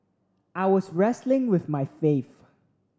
I was wrestling with my faith